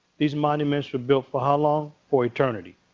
these monuments were built for how long? for eternity.